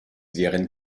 wären